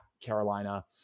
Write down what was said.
Carolina